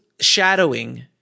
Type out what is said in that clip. shadowing